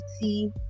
see